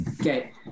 Okay